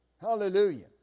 Hallelujah